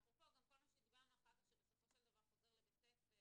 אפרופו גם כל מה שדיברנו אחר כך שבסופו של דבר חוזר לבית ספר.